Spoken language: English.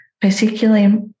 particularly